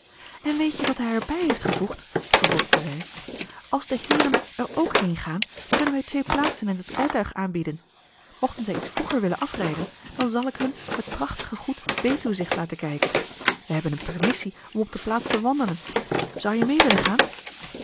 en weet je wat hij er bij heeft gevoegd vervolgde marcellus emants een drietal novellen zij als de heeren er ook heen gaan kunnen wij twee plaatsen in het rijtuig aanbieden mochten zij iets vroeger willen afrijden dan zal ik hun het prachtige goed betuwzicht laten kijken wij hebben een permissie om op de plaats te wandelen zou je mee willen gaan